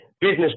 business